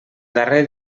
darrer